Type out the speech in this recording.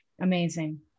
Amazing